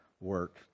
work